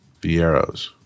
vieros